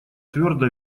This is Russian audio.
твердо